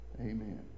Amen